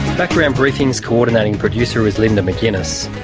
background briefing's coordinating producer is linda mcginness.